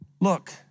Look